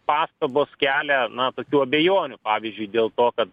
pastabos kelia na tokių abejonių pavyzdžiui dėl to kad